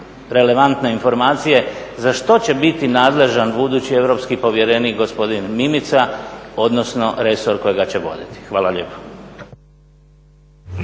relevantne informacije za što će biti nadležan budući europski povjerenik gospodin Mimica, odnosno resor kojega će voditi? Hvala lijepo.